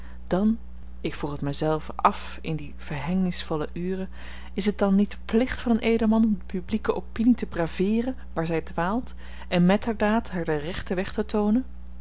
dan ik vroeg het mij zelven af in die verhängnissvolle ure is het dan niet de plicht van een edelman om de publieke opinie te braveeren waar zij dwaalt en met der daad haar den rechten weg te toonen